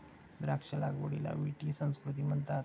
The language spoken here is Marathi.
द्राक्ष लागवडीला विटी संस्कृती म्हणतात